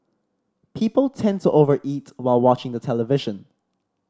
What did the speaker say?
people tend to overeat while watching the television